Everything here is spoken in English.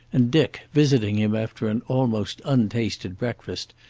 and dick, visiting him after an almost untasted breakfast,